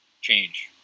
change